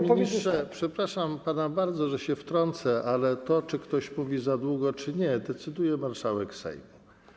Panie ministrze, przepraszam pana bardzo, że się wtrącę, ale o tym, czy ktoś mówi za długo czy nie, decyduje marszałek Sejmu.